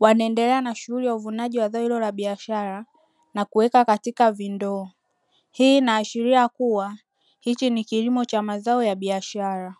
wanaendelea na shughuli ya uvunaji wa zao hilo la biashara na kuweka katika vindoo. Hii inaashiria kuwa hiki ni kilimo cha mazao ya biashara.